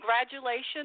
Congratulations